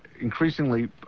increasingly